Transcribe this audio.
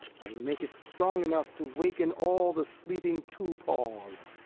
i'll make it strong enough to waken all the sleeping two-paws.